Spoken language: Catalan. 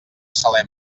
salem